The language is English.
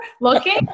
looking